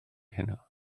heno